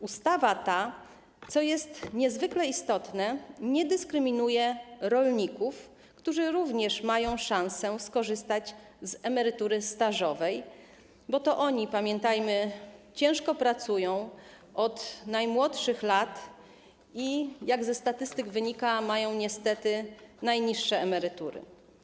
Ustawa ta, co jest niezwykle istotne, nie dyskryminuje rolników, którzy również mają szansę skorzystać z emerytury stażowej, bo to oni, pamiętajmy, ciężko pracują od najmłodszych lat i jak wynika ze statystyk, mają niestety najniższe emerytury.